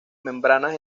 membranas